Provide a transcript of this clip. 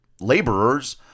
laborers